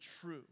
true